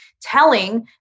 telling